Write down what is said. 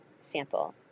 sample